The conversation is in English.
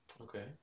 Okay